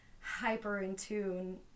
hyper-in-tune